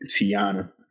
Tiana